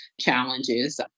challenges